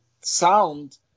sound